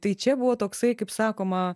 tai čia buvo toksai kaip sakoma